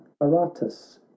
aratus